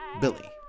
Billy